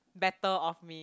better of me